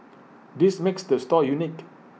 this makes the store unique